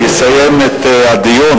יסיים את הדיון,